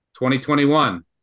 2021